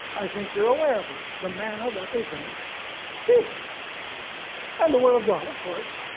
i think you're aware of this, the manna represents jesus and the word of god of course,